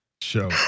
show